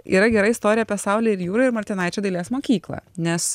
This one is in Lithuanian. yra gera istorija apie saulę ir jūra ir martinaičio dailės mokyklą nes